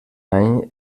any